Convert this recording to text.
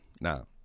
Now